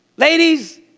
Ladies